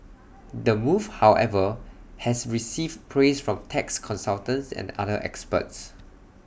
the move however has received praise from tax consultants and other experts